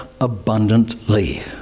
abundantly